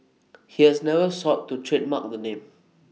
he has never sought to trademark the name